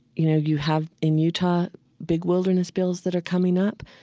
you know, you have in utah big wilderness bills that are coming up.